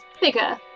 bigger